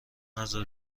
نزار